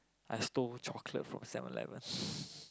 I stole chocolate from Seven-Eleven